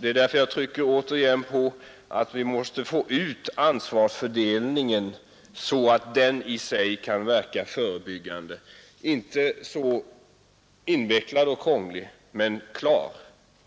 Därför trycker jag återigen på att vi måste få ut ansvarsfördelningen så att den i sig kan verka förebyggande, inte så invecklad och krånglig utan klar.